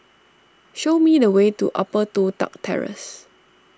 show me the way to Upper Toh Tuck Terrace